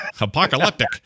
Apocalyptic